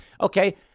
Okay